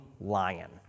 lion